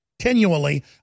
Continually